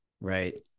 right